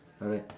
alright